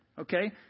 okay